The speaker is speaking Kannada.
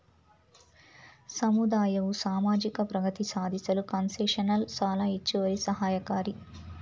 ಸಮುದಾಯವು ಸಾಮಾಜಿಕ ಪ್ರಗತಿ ಸಾಧಿಸಲು ಕನ್ಸೆಷನಲ್ ಸಾಲ ಹೆಚ್ಚು ಸಹಾಯಕಾರಿ